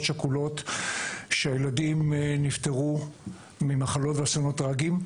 שכולות שהילדים שלהם נפטרו ממחלות ואסונות טרגיים.